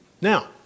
Now